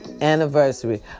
anniversary